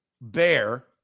Bear